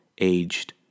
aged